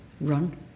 Run